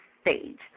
stage